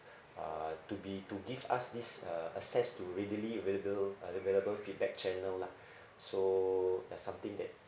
uh to be to give us this uh access to readily availa~ uh available feedback channel lah so there are something that